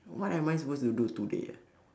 what am I supposed to do today ah